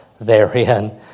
therein